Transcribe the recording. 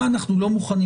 אמרנו מה אנחנו לא מוכנים.